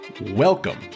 Welcome